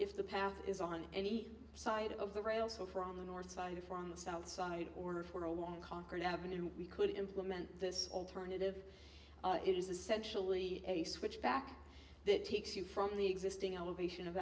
if the path is on any side of the rails or from the north side from the south side or for a long conquered avenue we could implement this alternative it is essentially a switch back that takes you from the existing elevation of